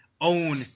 own